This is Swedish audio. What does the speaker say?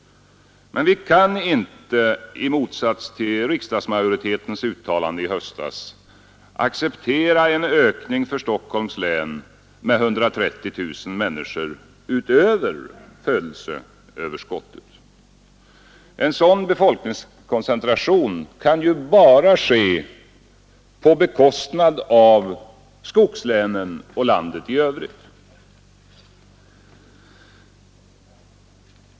Vi kan inte, i motsats till riksdagsmajoritetens uttalande i höstas, acceptera en ökning för Stockholms län med 130 000 människor utöver födelseöverskottet. En sådan befolkningskoncentration kan bara ske på bekostnad av skogslänen och landet i övrigt.